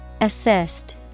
Assist